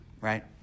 right